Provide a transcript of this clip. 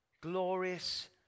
glorious